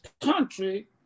country